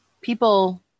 people